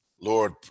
Lord